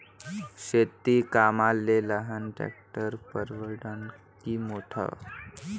शेती कामाले लहान ट्रॅक्टर परवडीनं की मोठं?